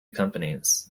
companies